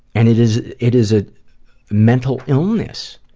and it is it is a mental illness,